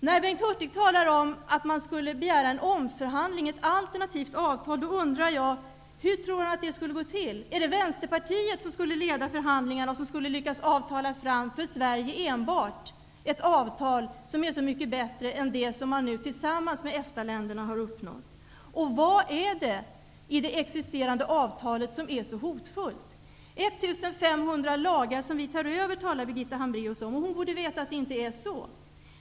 När Bengt Hurtig talar om att man borde begära en omförhandling och ett alternativt avtal undrar jag hur han tror att det skulle gå till. Är det Vänsterpartiet som skall leda förhandlingarna och lyckas avtala fram ett avtal enbart för Sverige som är så mycket bättre än det som man nu tillsammans med EFTA-länderna har uppnått? Vad är det i det existerande avtalet som är så hotfullt? Birgitta Hambraeus talar om att vi skulle ta över 1 500 lagar. Hon borde veta att det inte är så.